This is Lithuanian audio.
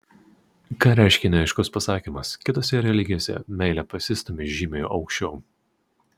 ką reiškia neaiškus pasakymas kitose religijose meilė pasistūmi žymiai aukščiau